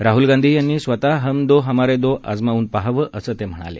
राहूल गांधी यांनी स्वत हम दो हमारे दो आजमावून पहावं असं ते म्हणाले